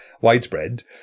widespread